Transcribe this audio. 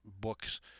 books